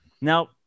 Now